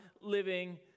living